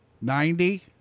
Ninety